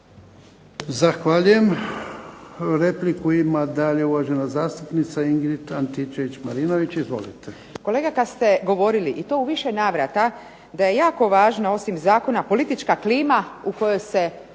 Zahvaljujem. Repliku ima dalje uvažena zastupnica Ingrid Antičević Marinović. Izvolite. **Antičević Marinović, Ingrid (SDP)** Kolega kad ste govorili i to u više navrata da je jako važno osim zakona, politička klima u kojoj se